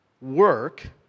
work